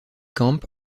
camp